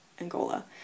Angola